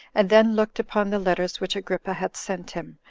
and then looked upon the letters which agrippa had sent him,